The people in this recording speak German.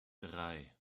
drei